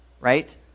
right